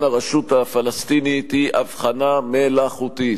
הרשות הפלסטינית היא הבחנה מלאכותית.